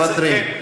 מוותרים.